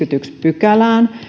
pykälään vaikka